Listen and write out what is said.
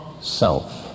self